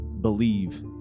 believe